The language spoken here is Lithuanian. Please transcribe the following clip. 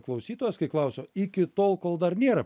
klausytojas kai klauso iki tol kol dar nėra